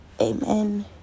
Amen